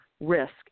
risk